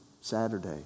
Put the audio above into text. Saturday